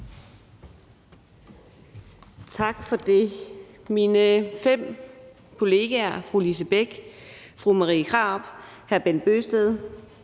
Tak for det. Mine fem kollegaer, fru Lise Bech, fru Marie Krarup, hr. Bent Bøgsted,